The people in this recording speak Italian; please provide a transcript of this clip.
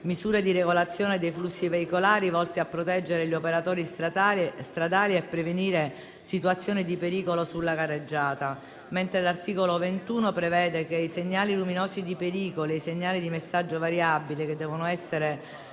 misure di regolazione dei flussi veicolari volti a proteggere gli operatori stradali e prevenire situazioni di pericolo sulla carreggiata, mentre l'articolo 21 prevede che i segnali luminosi di pericolo e i segnali a messaggio variabile debbano essere